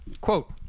quote